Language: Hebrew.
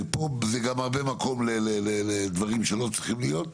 פה זה גם הרבה מקום לדברים שלא צריכים להיות.